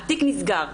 התיק נסגר.